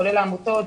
כולל העמותות.